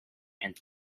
and